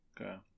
Okay